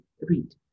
read